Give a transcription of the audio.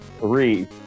three